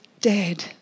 dead